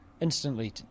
Instantly